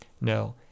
No